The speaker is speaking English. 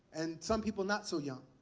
and some people not so young,